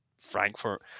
Frankfurt